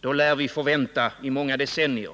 då lär vi få vänta i många decennier.